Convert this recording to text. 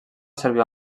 servir